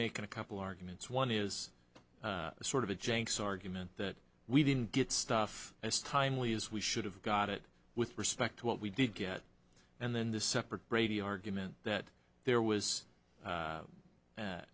making a couple arguments one is sort of a jenks argument that we didn't get stuff as timely as we should have got it with respect to what we did get and then the separate brady argument that there was